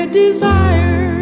desire